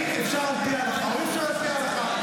אם אפשר על פי ההלכה או אי-אפשר על פי ההלכה.